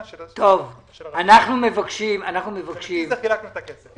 של --- ולפי זה חילקנו את הכסף.